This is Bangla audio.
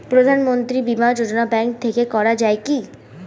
প্রধানমন্ত্রী বিমা যোজনা ব্যাংক থেকে করা যায় কি?